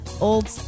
old